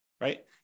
right